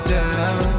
down